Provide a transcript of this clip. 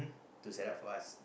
to set up for us